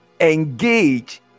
engage